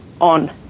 on